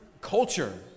culture